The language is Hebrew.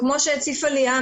כמו שהציפה ליאם,